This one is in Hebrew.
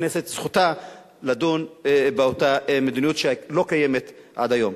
זכותה של הכנסת לדון באותה מדיניות שלא קיימת עד היום.